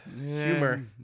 humor